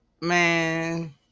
Man